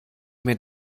mir